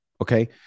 Okay